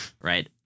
Right